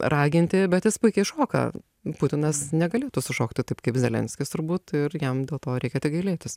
raginti bet jis puikiai šoka putinas negalėtų sušokti taip kaip zelenskis turbūt ir jam dėl to reikia tik gailėtis